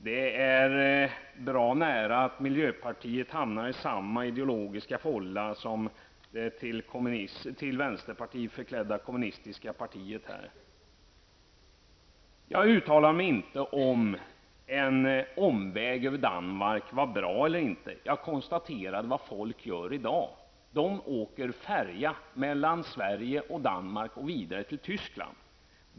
Det är bra nära att miljöpartiet hamnar i samma ideologiska fålla som det till vänsterpartiet förklädda kommunistiska partiet här i riksdagen. Jag uttalade mig inte om huruvida en omväg över Danmark är bra eller inte. Jag konstaterade att folk i dag åker färja från Sverige till Danmark och vidare till Tyskland.